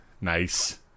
Nice